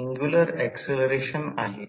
angular acceleration आहे